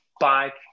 bike